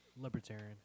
Libertarian